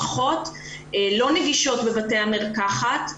לא נגישות בבתי המרקחת.